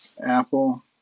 Apple